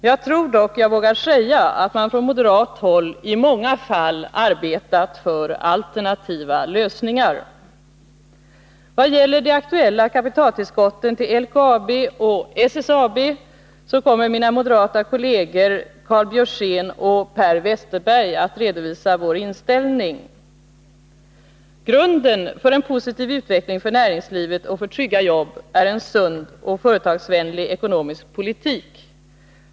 Jag tror dock jag vågar säga, att man Torsdagen den på moderat håll i många fall arbetat för alternativa lösningar. 10 december 1981 Vad gäller de aktuella kapitaltillskotten till LKAB och SSAB kommer mina moderata kolleger Karl Björzén och Per Westerberg att redovisa vår Kapitaltillskott inställning. till vissa statliga Grunden för en positiv utveckling för näringslivet och för trygga jobb är en företag, m.m. sund och företagsvänlig ekonomisk politik.